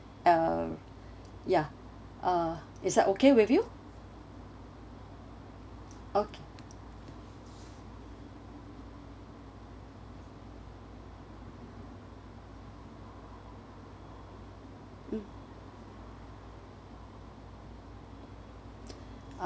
uh ya uh is that okay with you okay mm